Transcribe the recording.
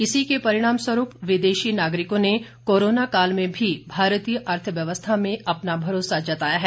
इसी के परिणाम स्वरूप विदेशी नागरिकों ने कोरोना काल में भी भारतीय अर्थव्यवस्था में अपना भरोसा जताया है